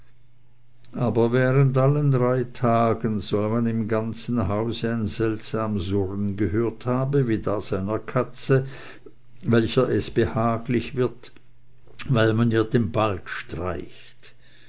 aber während allen dreien tagen soll man im ganzen hause ein seltsam surren gehört haben wie das einer katze welcher es behaglich wird weil man ihr den balg streicht